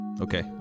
Okay